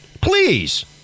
Please